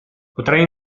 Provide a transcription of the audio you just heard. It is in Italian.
potrei